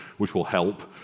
which will help.